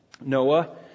Noah